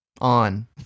on